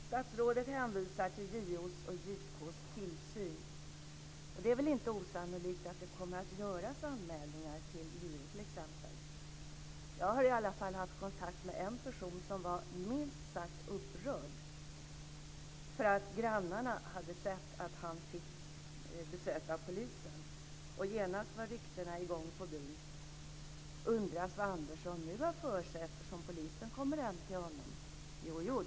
Statsrådet hänvisar till JO:s och JK:s tillsyn. Det är väl inte osannolikt att anmälningar till exempelvis JO kommer att göras. Jag har i alla fall haft kontakt med en person som var minst sagt upprörd. Grannarna hade nämligen sett att han fick besök av polisen, och genast var ryktena i gång på byn. "Undras vad Andersson nu har för sig, eftersom polisen kommer över till honom?